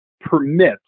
permits